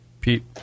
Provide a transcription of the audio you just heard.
Pete